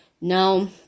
now